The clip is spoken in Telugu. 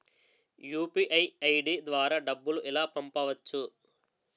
యు.పి.ఐ ఐ.డి ద్వారా డబ్బులు ఎలా పంపవచ్చు?